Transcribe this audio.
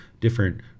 different